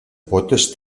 potes